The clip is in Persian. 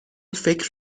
فکر